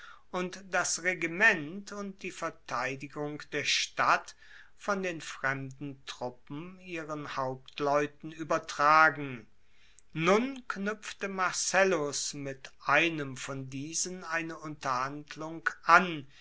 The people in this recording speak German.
und das regiment und die verteidigung der stadt von den fremden truppen ihren hauptleuten uebertragen nun knuepfte marcellus mit einem von diesen eine unterhandlung an